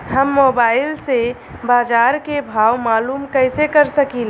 हम मोबाइल से बाजार के भाव मालूम कइसे कर सकीला?